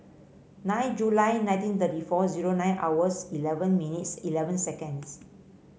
nine July nineteen thirty four zero nine hours eleven minutes eleven seconds